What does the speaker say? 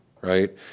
right